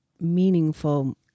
meaningful